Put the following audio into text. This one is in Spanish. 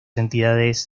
entidades